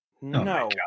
no